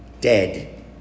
dead